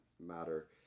matter